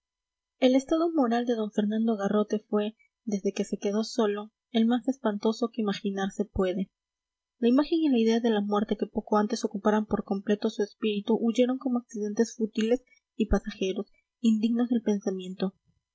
el estado moral de d fernando garrote fue desde que se quedó solo el más espantoso que imaginarse puede la imagen y la idea de la muerte que poco antes ocuparan por completo su espíritu huyeron como accidentes fútiles y pasajeros indignos del pensamiento